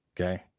Okay